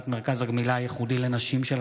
9,